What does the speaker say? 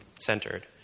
centered